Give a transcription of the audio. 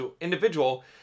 individual